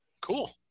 cool